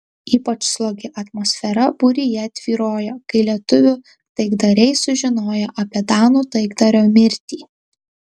ypač slogi atmosfera būryje tvyrojo kai lietuvių taikdariai sužinojo apie danų taikdario mirtį